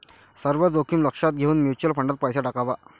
सर्व जोखीम लक्षात घेऊन म्युच्युअल फंडात पैसा टाकावा